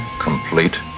complete